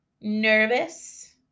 nervous